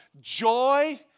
Joy